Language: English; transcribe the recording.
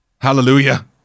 Hallelujah